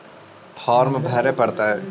Farm भरे परतय?